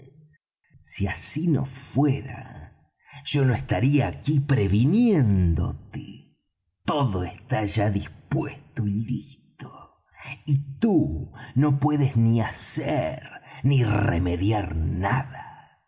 si así no fuera yo no estaría aquí previniéndote todo está ya dispuesto y listo y tú no puedes ni hacer ni remediar nada